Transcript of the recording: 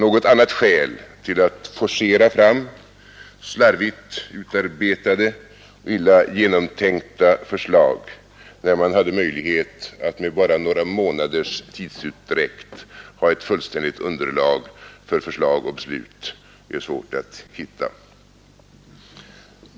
Något annat skäl för att forcera fram slarvigt utarbetade och illa genomtänkta förslag, när man hade möjlighet att med bara några månaders tidsutdräkt ha ett fullständigt underlag för förslag och beslut, är svårt att hitta.